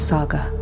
Saga